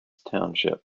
township